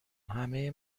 همه